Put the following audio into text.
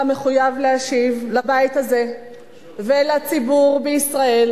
מחויב להשיב לבית הזה ולציבור בישראל,